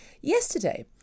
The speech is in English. yesterday